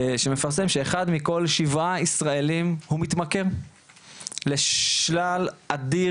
שמפרסם שאחד מעל שבעה ישראלים הוא מתמכר לשלל אדיר